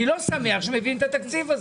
אני לא שמח שמביאים את התקציב הזה.